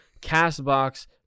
CastBox